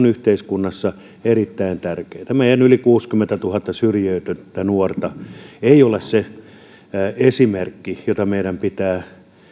yhteiskunnassa erittäin tärkeätä meidän yli kuusikymmentätuhatta syrjäytynyttä nuorta ei ole se esimerkki jota meidän pitää